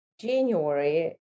January